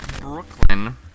Brooklyn